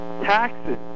taxes